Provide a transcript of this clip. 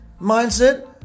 mindset